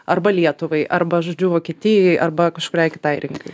arba lietuvai arba žodžiu vokietijai arba kažkuriai kitai rinkai